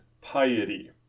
piety